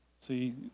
See